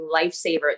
lifesaver